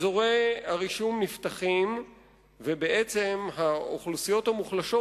אזורי הרישום נפתחים ובעצם האוכלוסיות המוחלשות